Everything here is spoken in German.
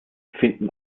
finden